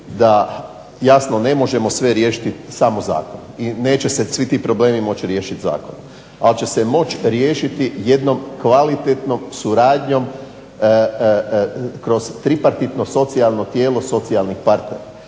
jasno ne možemo sve riješiti samo zakonom i neće se svi ti problemi moći riješiti zakonom. Ali će se moći riješiti jednom kvalitetnom suradnjom kroz tripartitno socijalno tijelo socijalnih partnera.